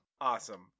awesome